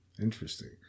interesting